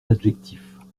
adjectifs